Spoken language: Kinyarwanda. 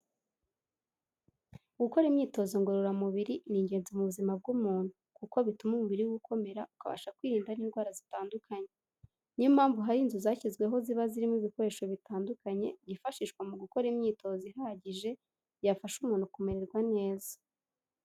Gukora imyitozo ngororamubiri ni ingenzi mu buzima bw'umuntu, kuko bituma umubiri we ukomera ukabasha kwirinda indwara zitandukanye. Ni yo mpamvu hari inzu zashyizweho ziba zirimo ibikoresho bitandukanye byifashishwa mu gukora imyitozo ihagije yafasha umuntu kumererwa neza.